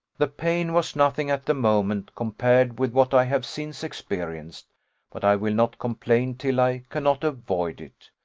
the pain was nothing at the moment compared with what i have since experienced but i will not complain till i cannot avoid it.